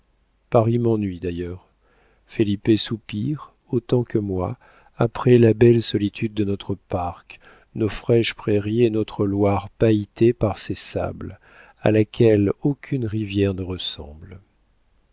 paris m'ennuie d'ailleurs felipe soupire autant que moi après la belle solitude de notre parc nos fraîches prairies et notre loire pailletée par ses sables à laquelle aucune rivière ne ressemble